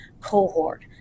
cohort